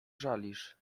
żalisz